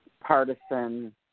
partisan